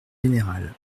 général